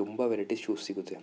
ತುಂಬ varieties shoe ಸಿಗುತ್ತೆ